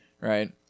right